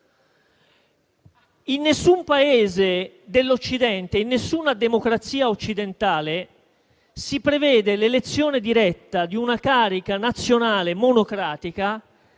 In nessun Paese dell'occidente, in nessuna democrazia occidentale, si prevede l'elezione diretta di una carica nazionale monocratica